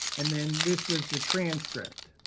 and then this was the transcript.